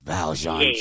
Valjean